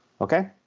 Okay